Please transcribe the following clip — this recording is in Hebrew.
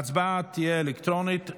ההצבעה תהיה אלקטרונית.